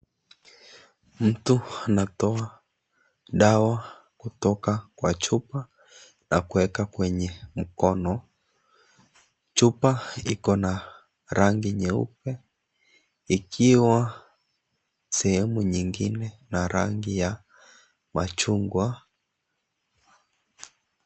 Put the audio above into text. Mtu anatoa dawa kutoka kwa chupa na kuweka kwenye mkono. Chupa Iko na rangi nyeupe ikiwa sehemu nyingine Ina rangi ya machungwa.